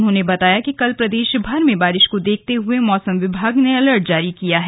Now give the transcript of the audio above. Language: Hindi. उन्होंने बताया कि कल प्रदेशभर में बारिश को देखते हये मौसम विभाग ने अलर्ट जारी किया है